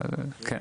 כן.